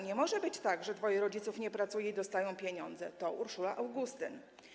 Nie może być tak, że dwoje rodziców nie pracuje i dostaje pieniądze - to Urszula Augustyn.